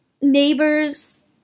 neighbor's